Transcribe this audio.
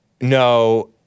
No